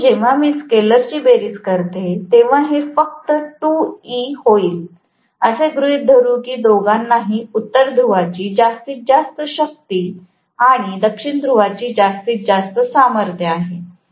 म्हणून जेव्हा मी स्केलेर ची बेरीज करते तेव्हा हे फक्त 2E होईल असे गृहीत धरू की दोघांनाही उत्तर ध्रुवाची जास्तीत जास्त शक्ती आणि दक्षिण ध्रुवाची जास्तीत जास्त सामर्थ्य आहे